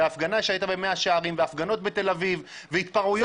הפגנה שהייתה במאה שערים והפגנות בתל אביב והתפרעויות